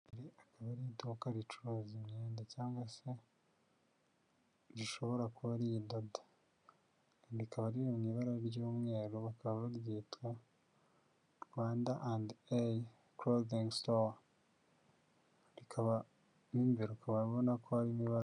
Akaba ari iduka ricuruza imyenda cyangwa se rishobora kuba riyidoda, rikaba riri mu ibara ry'umweru bakaba baryita Rwanda & a clothing STORE. Rikaba mo imbere ukaba ubona ko hari ba.